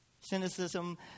Cynicism